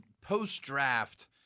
post-draft